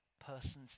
persons